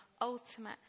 ultimate